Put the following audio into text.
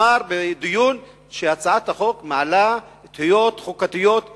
אמר בדיון שהצעת החוק מעלה תהיות חוקתיות קשות.